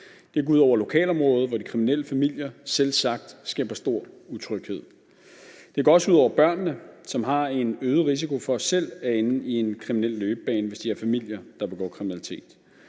Det går ud og lokalområdet, hvor de kriminelle familier selvsagt skaber stor utryghed. Det går også ud over børnene, som har en øget risiko for selv at ende i en kriminel løbebane, i de her familier, der begår kriminalitet.